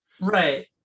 right